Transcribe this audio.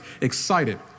excited